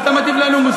אז אתה מטיף לנו מוסר?